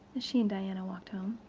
as she and diana walked home.